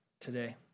today